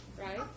right